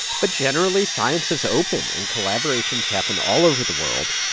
but generally, science is open, and collaborations happen all over the world.